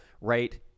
right